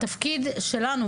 התפקיד שלנו,